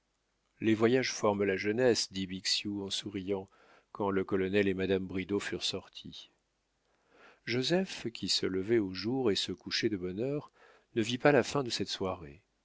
les voyages forment la jeunesse dit bixiou en souriant quand le colonel et madame bridau furent sortis joseph qui se levait au jour et se couchait de bonne heure ne vit pas la fin de cette soirée